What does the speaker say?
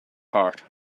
heart